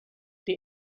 der